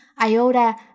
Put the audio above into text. iota